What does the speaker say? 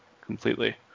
completely